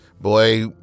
boy